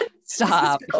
Stop